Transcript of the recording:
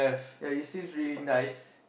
ya he seems really nice